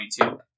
22